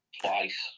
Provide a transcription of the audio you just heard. Twice